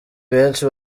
benshi